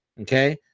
okay